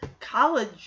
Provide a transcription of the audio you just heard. college